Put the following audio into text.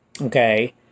okay